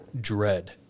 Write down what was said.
dread